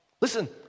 Listen